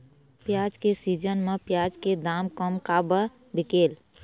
प्याज के सीजन म प्याज के दाम कम काबर बिकेल?